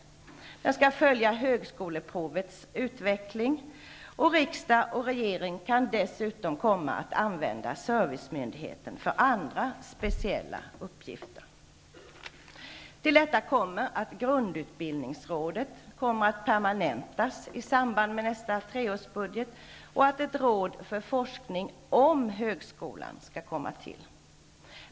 Vidare skall man följa högskoleprovets utveckling. Riksdag och regering kan dessutom komma att använda servicemyndigheten för andra speciella uppgifter. Till detta kommer att grundutbildningsrådet permanentas i samband med nästa treårsbudget och att ett råd för forskning om högskolan inrättas.